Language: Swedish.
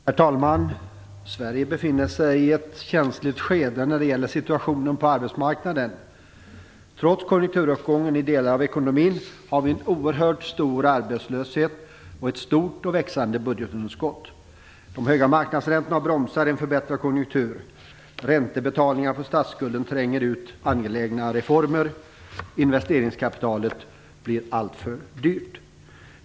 Herr talman! Sverige befinner sig i ett känsligt skede när det gäller situationen på arbetsmarknaden. Trots konjunkturuppgången i delar av ekonomin har vi en oerhört stor arbetslöshet och ett stort och växande budgetunderskott. De höga marknadsräntorna bromsar en förbättrad konjunktur. Räntebetalningarna på statsskulden tränger ut angelägna reformer, och investeringskapitalet blir alltför dyrt.